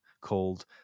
called